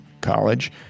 college